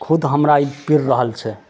खुद हमरा ई पड़ि रहल छै